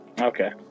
Okay